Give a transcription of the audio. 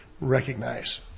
recognize